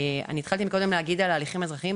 התחלתי קודם להגיד על הליכים האזרחיים,